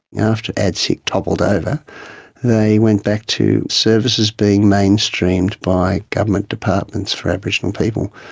after atsic toppled over they went back to services being mainstreamed by government departments for aboriginal people.